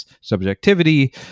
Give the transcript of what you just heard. subjectivity